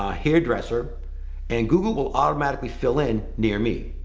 ah hairdresser and google will automatically fill in near me.